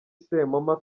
sempoma